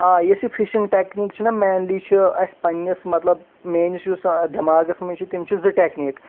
آ یُس یہِ فشنٛگ ٹٮ۪کنیٖک چھِ نہ مینلی چھِ اسہِ پننس مطلب میٲنس یُس دٮ۪ماغس منٛز چھِ تِم چھِ زٕ ٹٮ۪کنیٖک